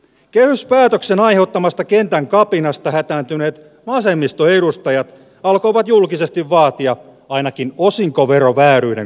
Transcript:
kehyspäätöksen aiheuttamasta kentän kapinasta hätääntyneet vasemmistoedustajat alkoivat julkisesti vaatia ainakin osinkoverovääryyden korjaamista